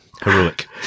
Heroic